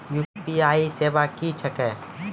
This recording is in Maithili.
यु.पी.आई सेवा क्या हैं?